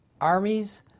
armies